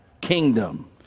kingdom